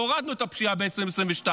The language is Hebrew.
והורדנו את הפשיעה ב-2022,